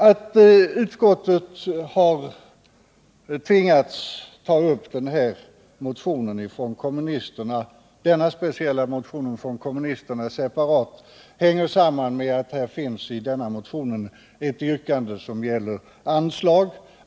Att utskottet tvingats ta upp den nu aktuella motionen från kommunisterna helt separat sammanhänger med att det i denna motion finns ett yrkande som gäller anslag.